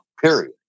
period